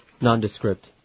Nondescript